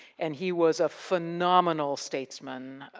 and, he was a phenomenal statesman.